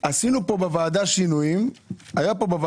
יהיה תקציב.